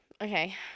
Okay